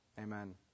Amen